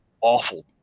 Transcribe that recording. awful